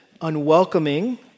unwelcoming